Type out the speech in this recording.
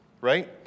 right